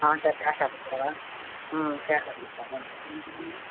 அவன்ட்ட கேஷாக கொடுத்துடவா ம் கேஷாக கொடுத்துர்றேன் ம் ம் ம்